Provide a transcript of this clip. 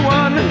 one